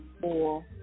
four